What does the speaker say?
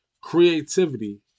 creativity